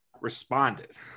responded